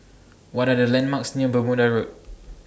What Are The landmarks near Bermuda Road